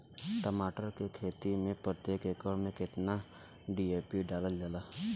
टमाटर के खेती मे प्रतेक एकड़ में केतना डी.ए.पी डालल जाला?